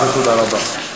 זה תודה רבה.